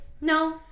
no